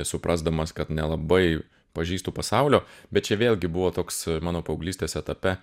suprasdamas kad nelabai pažįstu pasaulio bet čia vėlgi buvo toks mano paauglystės etape